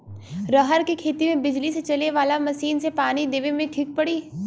रहर के खेती मे बिजली से चले वाला मसीन से पानी देवे मे ठीक पड़ी?